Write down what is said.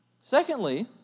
Secondly